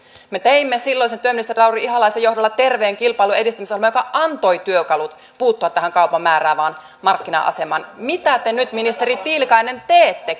me teimme silloisen työministeri lauri ihalaisen johdolla terveen kilpailun edistämisohjelman joka antoi työkalut puuttua tähän kaupan määräävään markkina asemaan mitä te nyt ministeri tiilikainen teette